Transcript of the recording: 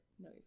No